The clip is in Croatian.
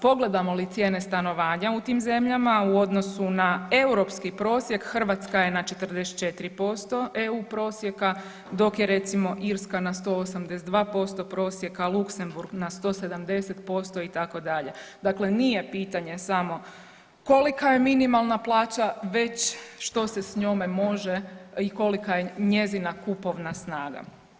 Pogledamo li cijene stanovanja u tim zemljama, u odnosu na europski prosjek, Hrvatska je na 44% EU prosjeka, dok je recimo Irska na 182% prosjeka, Luksemburg na 170%, itd., dakle nije pitanje samo kolika je minimalna plaća, već što se s njome može i kolika je njezina kupovna snaga.